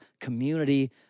community